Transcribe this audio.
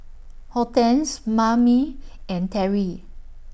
Hortense Mame and Terri